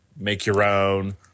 make-your-own